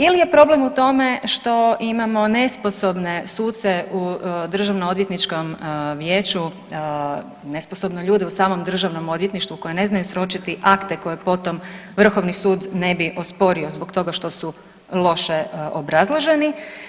Ili je problem u tome što imamo nesposobne suce u Državno odvjetničkom vijeću, nesposobne ljude u samom Državnom odvjetništvu koji ne znaju sročiti akte koje po tom Vrhovni sud ne bi osporio zbog toga što su loše obrazloženi?